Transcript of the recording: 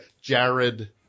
Jared